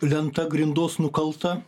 lenta grindos nukalta